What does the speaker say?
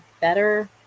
better